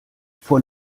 vor